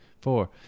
four